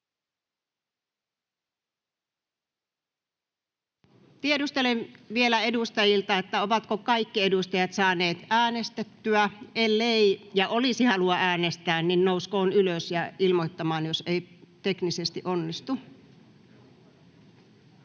Tiedustelen vielä edustajilta: ovatko kaikki edustajat saaneet äänestettyä? Ellei, ja olisi halua äänestää, nouskoon ylös ja ilmoittakoon, jos ei teknisesti onnistu.